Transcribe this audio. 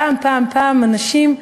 פעם פעם פעם אנשים,